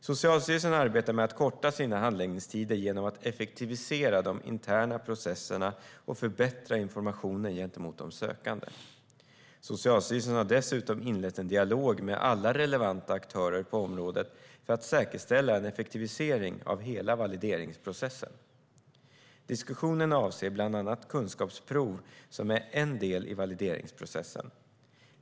Socialstyrelsen arbetar med att korta sina handläggningstider genom att effektivisera de interna processerna och förbättra informationen gentemot de sökande. Socialstyrelsen har dessutom inlett en dialog med alla relevanta aktörer på området för att säkerställa en effektivisering av hela valideringsprocessen. Diskussionerna avser bland annat kunskapsprov som är en del i valideringsprocessen.